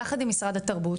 יחד עם משרד התרבות,